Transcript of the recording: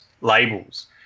labels